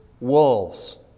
wolves